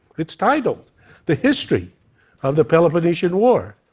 it's titled the history of the peloponnesian war,